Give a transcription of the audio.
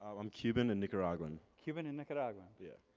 um i'm cuban and nicaraguan. cuban in nicaraguan? yeah.